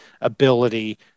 ability